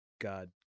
god